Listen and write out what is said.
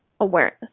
awareness